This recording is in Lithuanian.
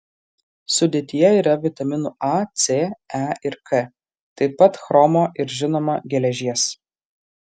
sudėtyje yra vitaminų a c e ir k taip pat chromo ir žinoma geležies